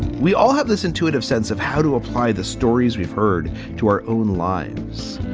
we all have this intuitive sense of how to apply the stories we've heard to our own lives.